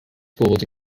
schools